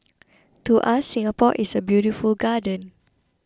to us Singapore is a beautiful garden